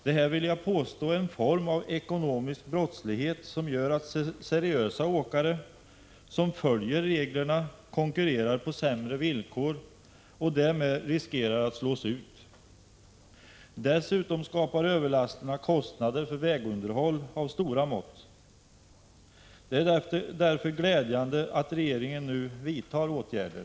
Jag vill påstå att detta är en form av ekonomisk brottslighet som gör att seriösa åkare som följer reglerna måste konkurrera på sämre villkor och riskera att slås ut. Dessutom skapar överlasterna kostnader för vägunderhåll av stora mått. Det är därför glädjande att regeringen nu vidtar åtgärder.